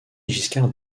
giscard